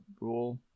rule